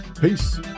Peace